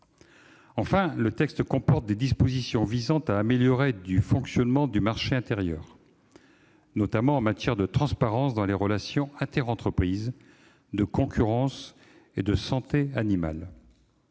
Enfin, le texte comporte des dispositions visant à améliorer le fonctionnement du marché intérieur, notamment en matière de transparence dans les relations interentreprises, de concurrence et de santé animale.